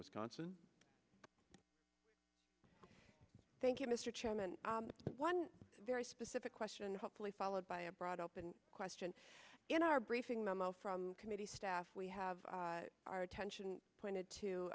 wisconsin thank you mr chairman one very specific question hopefully followed by a broad open question in our briefing memo from committee staff we have our attention pointed